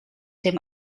dem